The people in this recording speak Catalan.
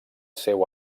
seu